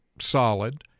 solid